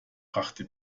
brachte